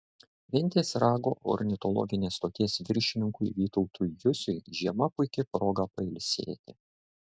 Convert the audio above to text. ventės rago ornitologinės stoties viršininkui vytautui jusiui žiema puiki proga pailsėti